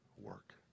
work